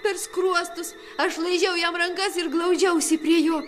per skruostus aš laižiau jam rankas ir glaudžiausi prie jo